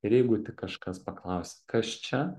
ir jeigu tik kažkas paklausia kas čia